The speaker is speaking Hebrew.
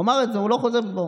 הוא אמר את זה והוא לא חוזר בו.